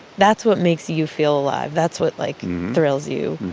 that's what makes you feel alive. that's what, like, thrills you.